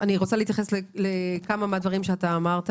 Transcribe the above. אני רוצה להתייחס לכמה מהדברים שאמרת